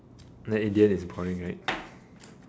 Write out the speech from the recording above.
then in the end it's boring right